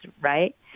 right